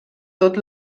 tot